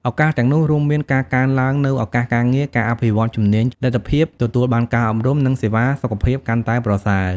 ឱកាសទាំងនោះរួមមានការកើនឡើងនូវឱកាសការងារ ការអភិវឌ្ឍជំនាញ លទ្ធភាពទទួលបានការអប់រំ និងសេវាសុខភាពកាន់តែប្រសើរ។